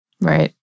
Right